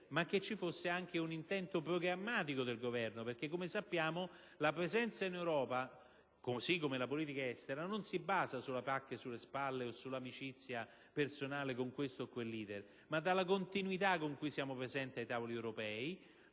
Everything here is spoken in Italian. non notarile) anche un intento programmatico del Governo. Come noto, la presenza in Europa, come la politica estera, non si basa sulle pacche sulle spalle o sull'amicizia personale con questo o quel *leader*; si basa invece sulla continuità con cui siamo presenti ai tavoli europei,